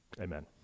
Amen